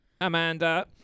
Amanda